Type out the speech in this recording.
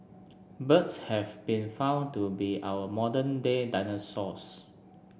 birds have been found to be our modern day dinosaurs